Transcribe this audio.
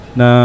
na